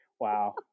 Wow